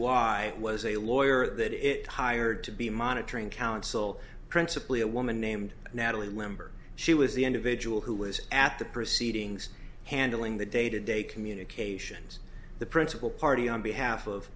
i was a lawyer that it hired to be monitoring council principly a woman named natalie member she was the individual who was at the proceedings handling the day to day communications the principal party on behalf of